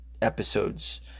episode's